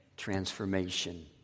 Transformation